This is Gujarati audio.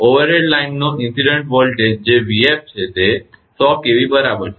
તેથી ઓવરહેડ લાઇનનો ઇન્સીડંટ વોલ્ટેજ જે 𝑣𝑓 છે તે 100 kV બરાબર છે